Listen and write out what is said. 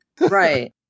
Right